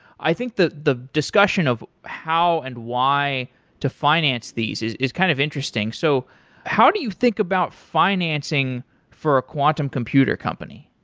i think that the discussion of how and why to finance these is is kind of interesting. so how do you think about financing for a quantum computer company?